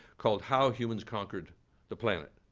called how humans conquered the planet.